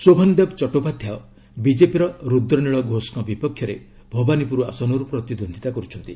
ଶୋଭନଦେବ ଚଟ୍ଟୋପାଧ୍ୟାୟ ବିଜେପିର ରୁଦ୍ରନୀଳ ଘୋଷଙ୍କ ବିପକ୍ଷରେ ଭବାନୀପୁର ଆସନରୁ ପ୍ରତିଦ୍ୱନ୍ଦିତା କର୍ଛନ୍ତି